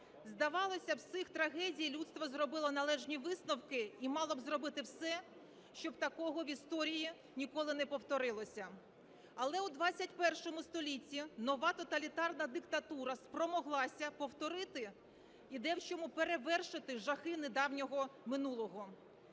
Здавалося б, з цих трагедій людство зробило належні висновки і мало б зробити все, щоб такого в історії ніколи не повторилося. Але у ХХІ столітті нова тоталітарна диктатура спромоглася повторити і де в чому перевершити жахи недавнього минулого.